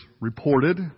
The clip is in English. reported